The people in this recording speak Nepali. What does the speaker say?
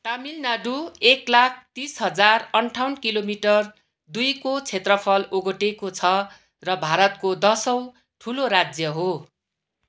तमिलनाडू एक लाख तिस हजार अन्ठाउन्न किलोमिटर दुईको क्षेत्रफल ओगटेको छ र भारतको दसौँ ठुलो राज्य हो